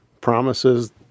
promises